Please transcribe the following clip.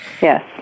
Yes